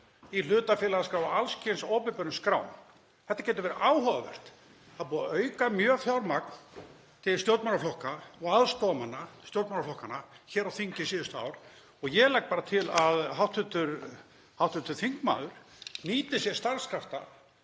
í hlutafélagaskrá og alls kyns opinberum skrám. Þetta getur verið áhugavert. Það er búið að auka mjög fjármagn til stjórnmálaflokka og aðstoðarmanna stjórnmálaflokka hér á þingi síðustu ár og ég legg til að hv. þingmaður nýti sér starfskrafta